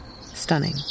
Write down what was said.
stunning